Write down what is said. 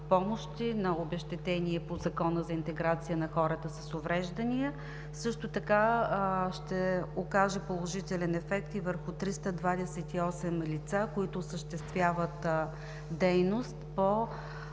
помощи, на обезщетение по Закона за интеграция на хората с увреждания. Също така ще окаже положителен ефект и върху 328 лица, които осъществяват дейност по